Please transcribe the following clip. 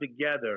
together